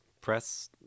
press